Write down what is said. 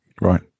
Right